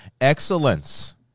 Excellence